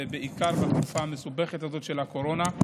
ובעיקר בתקופה המסובכת הזאת של הקורונה.